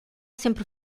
sempre